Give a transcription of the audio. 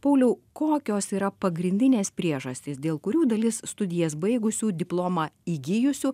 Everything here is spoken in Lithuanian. pauliau kokios yra pagrindinės priežastys dėl kurių dalis studijas baigusių diplomą įgijusių